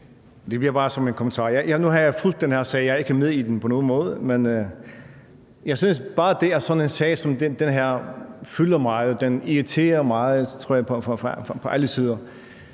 Det bliver bare en kommentar. Nu har jeg fulgt den her sag; jeg er ikke med i den på nogen måde, men jeg synes, at bare det, at sådan en sag som den her fylder meget, irriterer meget, tror jeg,